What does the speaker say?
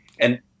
And-